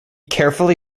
carefully